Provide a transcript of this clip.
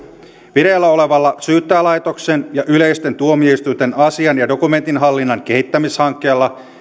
vireillä olevalla syyttäjälaitoksen ja yleisten tuomioistuinten asian ja dokumentinhallinnan kehittämishankkeella